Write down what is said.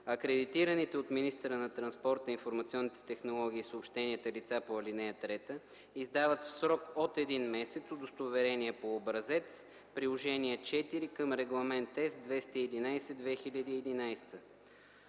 акредитираните от министъра на транспорта, информационните технологии и съобщенията лица по ал. 3 издават в срок от един месец удостоверение по образец – Приложение ІV към Регламент (ЕС) № 211/2011.